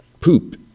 poop